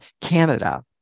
Canada